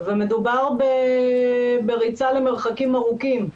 ומדובר בריצה למרחקים ארוכים.